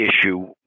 issue